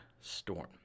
storm